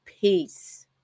Peace